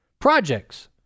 projects